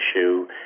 issue